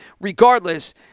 regardless